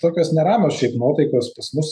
tokios neramios šiaip nuotaikos pas mus